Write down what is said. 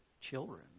children